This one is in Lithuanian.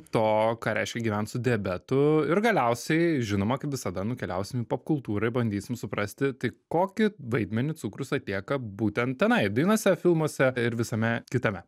to ką reiškia gyvent su diabetu ir galiausiai žinoma kaip visada nukeliausim į pop kultūrą ir bandysim suprasti tai kokį vaidmenį cukrus atlieka būtent tenai dainose filmuose ir visame kitame